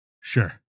Sure